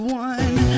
one